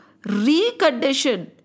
recondition